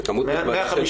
זאת כמות נכבדה,